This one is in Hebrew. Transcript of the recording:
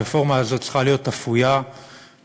הרפורמה הזאת צריכה להיות אפויה ומושלמת.